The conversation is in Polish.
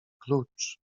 klucz